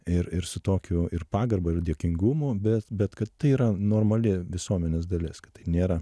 ir ir su tokiu ir pagarba ir dėkingumu bet bet kad tai yra normali visuomenės dalis kad tai nėra